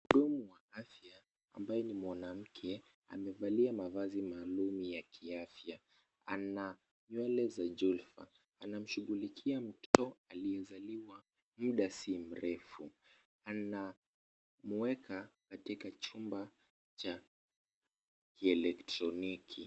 Mhudumu wa afya ambaye ni mwanamke amevalia mavazi maalum ya kiafya ana nywele za julfa anashughulikia mtoto aliyezaliwa mda si mrefu. Anamueka katika chumba cha kielektroniki.